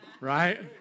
right